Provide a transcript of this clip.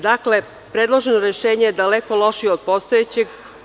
Dakle, predloženo rešenje je daleko lošije od postojećeg.